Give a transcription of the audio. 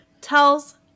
tells